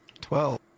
Twelve